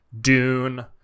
Dune